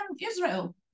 Israel